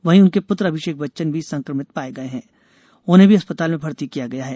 वहीं उनके पुत्र अभिषेक बच्चन भी संक्रमित पाये गये हैं उन्हें भी अस्पताल में भर्ती किया गया है